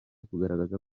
kugaragaza